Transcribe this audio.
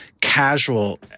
casual